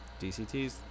dcts